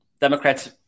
Democrats